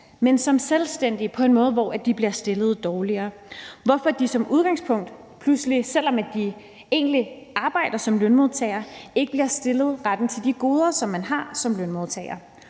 men som selvstændige på en måde, hvor de bliver stillet dårligere, hvorfor de som udgangspunkt pludselig, selv om de egentlig arbejder som lønmodtagere, ikke har retten til de goder, som man har som lønmodtager.